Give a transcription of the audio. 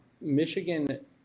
Michigan